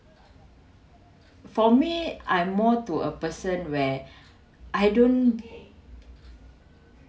for me I'm more to a person where I don't